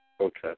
Okay